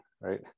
right